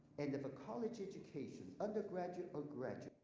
and if a college education undergraduate or graduate,